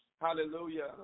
Hallelujah